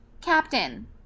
Captain